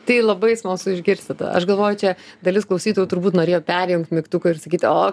tai labai smalsu išgirsti tą aš galvoju čia dalis klausytojų turbūt norėjo perjungt mygtuką ir sakyti o